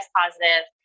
positive